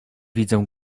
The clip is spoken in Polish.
widzę